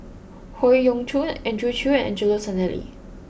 Howe Yoon Chong Andrew Chew and Angelo Sanelli